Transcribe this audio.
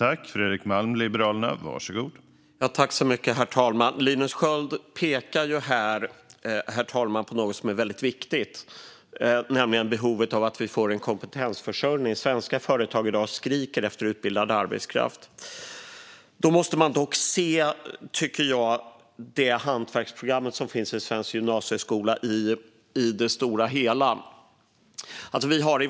Herr talman! Linus Sköld pekar på något som är väldigt viktigt, nämligen behovet av att vi får en kompetensförsörjning. Svenska företag skriker i dag efter utbildad arbetskraft. Då måste man dock, tycker jag, se på hantverksprogrammet i svensk gymnasieskola som helhet.